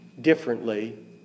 differently